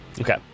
Okay